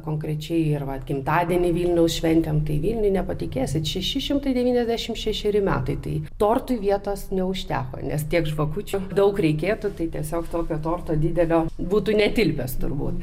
konkrečiai ar vat gimtadienį vilniaus šventėm tai vilniuje nepatikėsit šeši šimtai devyniasdešimt šešeri metai tai tortui vietos neužteko nes tiek žvakučių daug reikėtų tai tiesiog tokio torto didelio būtų netilpęs turbūt